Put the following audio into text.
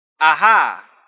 Aha